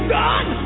done